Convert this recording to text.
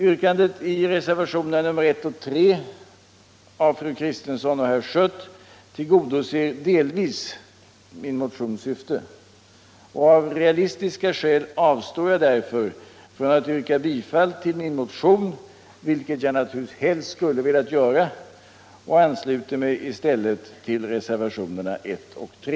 Yrkandena i reservationerna 1 och 3 av fru Kristensson och herr Schött tillgodoser delvis min motions syfte, och av realistiska skäl avstår jag därför från att yrka bifall till min motion, vilket jag naturligtvis helst skulle ha velat göra, och ansluter mig i stället till reservationerna 1 och 3.